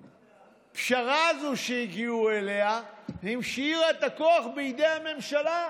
הפשרה הזאת שהגיעו אליה השאירה את הכוח בידי הממשלה.